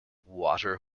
water